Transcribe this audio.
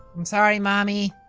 i'm sorry mommy.